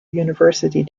university